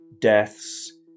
deaths